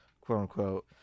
quote-unquote